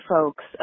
folks